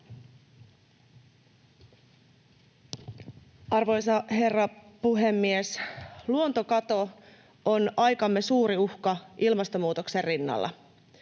Arvoisa herra puhemies! Luontokato on aikamme suuri uhka ilmastonmuutoksen rinnalla.